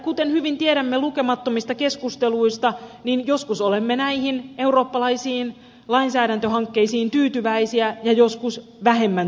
kuten hyvin tiedämme lukemattomista keskusteluista niin joskus olemme näihin eurooppalaisiin lainsäädäntöhankkeisiin tyytyväisiä ja joskus vähemmän tyytyväisiä